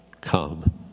come